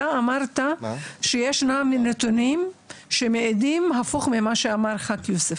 אתה אמרת שישנם נתונים שמעידים הפוך ממה שאמר חה"כ יוסף.